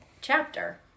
chapter